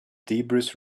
debris